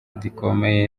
gikomeye